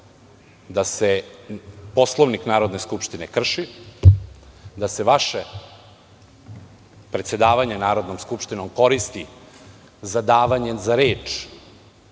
da se Poslovnik Narodne skupštine krši, da se vaše predsedavanje Narodnom skupštinom koristi za davanje za reč